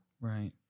Right